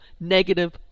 negative